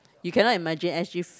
you cannot imagine S_G f~